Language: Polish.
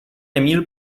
emil